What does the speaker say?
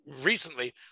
recently